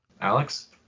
Alex